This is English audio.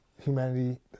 Humanity